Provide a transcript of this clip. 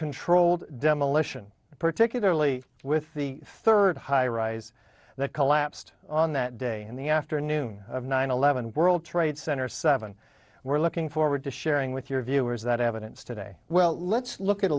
controlled demolition particularly with the third high rise that collapsed on that day in the afternoon of nine eleven world trade center seven we're looking forward to sharing with your viewers that evidence today well let's look at a